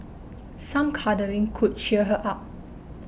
some cuddling could cheer her up